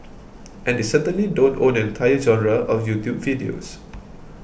and they certainly don't own an entire genre of YouTube videos